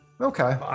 Okay